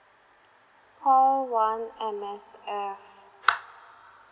call one M_S_F